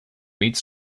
meets